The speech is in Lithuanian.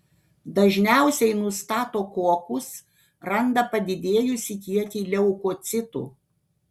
dažniausiai nustato kokus randa padidėjusį kiekį leukocitų